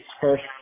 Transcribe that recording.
first